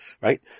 right